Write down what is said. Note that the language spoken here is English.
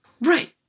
Right